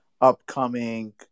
upcoming